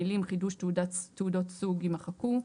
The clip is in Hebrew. המילים "חידוש תעודות סוג" - יימחקו.